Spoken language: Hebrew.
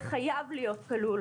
זה חייב להיות כלול